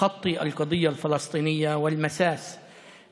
היא עקיפת הסוגיה הפלסטינית ופגיעה